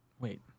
wait